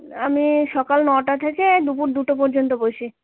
আমি সকাল নটা থেকে দুপুর দুটো পর্যন্ত বসি